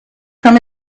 from